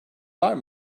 var